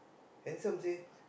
handsome seh